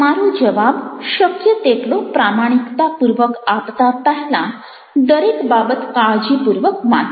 તમારો જવાબ શક્ય તેટલો પ્રામાણિકતાપૂર્વક આપતાં પહેલાં દરેક બાબત કાળજીપૂર્વક વાંચો